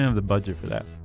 ah the budget for that.